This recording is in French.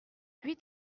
huit